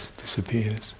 disappears